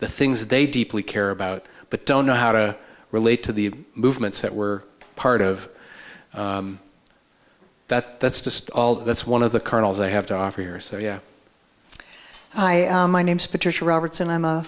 the things that they deeply care about but don't know how to relate to the movements that we're part of that that's just all that's one of the colonels i have to offer here so yeah my name's patricia roberts and i'm a